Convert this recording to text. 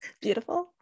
beautiful